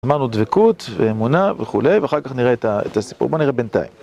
אמרנו דבקות ואמונה וכולי ואחר כך נראה את הסיפור, בוא נראה בינתיים